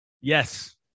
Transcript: Yes